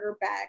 back